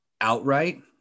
outright